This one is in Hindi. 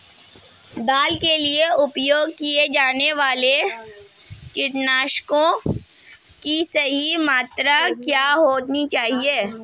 दाल के लिए उपयोग किए जाने वाले कीटनाशकों की सही मात्रा क्या होनी चाहिए?